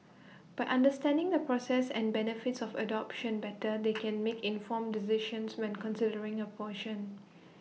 by understanding the process and benefits of adoption better they can make informed decisions when considering abortion